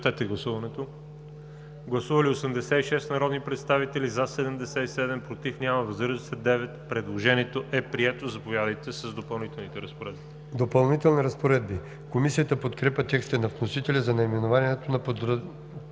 „Допълнителни разпоредби“. Комисията подкрепя текста на вносителя за наименованието на подразделението.